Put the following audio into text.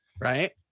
right